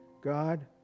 God